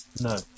no